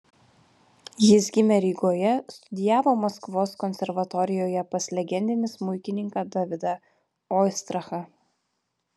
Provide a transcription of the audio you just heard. jis gimė rygoje studijavo maskvos konservatorijoje pas legendinį smuikininką davidą oistrachą